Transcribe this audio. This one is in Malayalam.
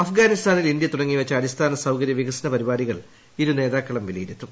അഫ്ഗാനിസ്ഥാനിൽ ഇന്ത്യ തുടങ്ങിവച്ച അടിസ്ഥാന സൌകര്യ വികസന പരിപാടികൾ ഇരു നേതാക്കളും വിലയിരുത്തും